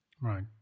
Right